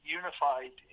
unified